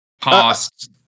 past